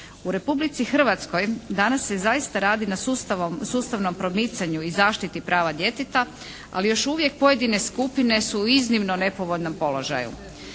U Republici Hrvatskoj danas se zaista radi na sustavnom promicanju i zaštiti prava djeteta ali još uvijek pojedine skupine su u iznimno nepovoljnom položaju.